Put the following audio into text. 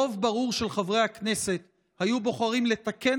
רוב ברור של חברי הכנסת היו בוחרים לתקן